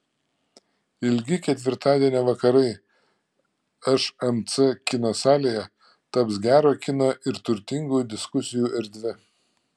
ilgi ketvirtadienio vakarai šmc kino salėje taps gero kino ir turtingų diskusijų erdve